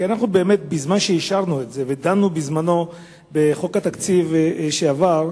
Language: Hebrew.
כי בזמן שאישרנו את זה ודנו בזמנו בחוק התקציב שעבר,